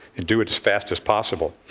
and do it as fast as possible.